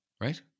right